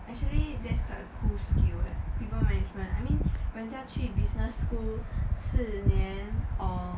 actually that's quite a cool skill eh people management I mean 人家去 business school 四年 or